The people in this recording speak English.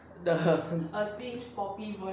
the